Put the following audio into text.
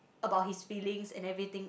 about his feelings and everything